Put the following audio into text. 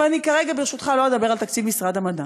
ואני כרגע, ברשותך, לא אדבר על תקציב משרד המדע.